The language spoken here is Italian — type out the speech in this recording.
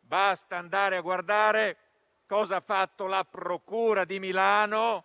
basta andare a guardare che cosa ha fatto la procura di Milano